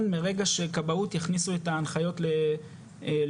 רישיון, מרגע שכבאות יכניסו את ההנחיות לתוקף.